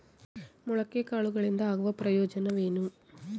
ಮೊಳಕೆ ಕಾಳುಗಳಿಂದ ಆಗುವ ಪ್ರಯೋಜನವೇನು?